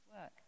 work